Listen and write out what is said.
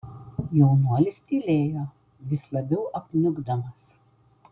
jaunuolis tylėjo vis labiau apniukdamas